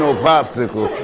so popsicles,